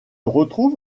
retrouve